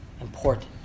important